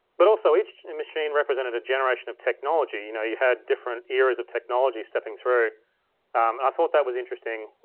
but also, each machine represented a generation of technology. you know you had different eras of technology stepping through and i thought that was interesting.